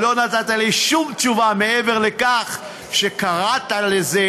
לא נתת לי שום תשובה מעבר לכך שקראת לזה: